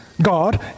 God